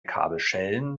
kabelschellen